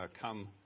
come